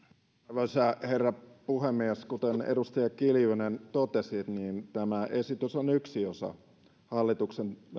arvoisa herra puhemies kuten edustaja kiljunen totesi niin tämä esitys on yksi osa hallituksen